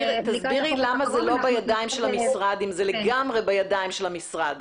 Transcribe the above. תסבירי למה זה לא בידיים של המשרד אם זה לגמרי בידיים של המשרד.